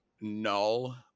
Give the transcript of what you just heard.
null